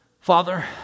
Father